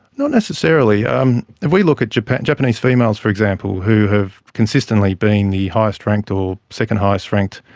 not necessarily. um if we look at japanese japanese females, for example, who have consistently been the highest ranked or second highest ranked